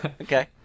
Okay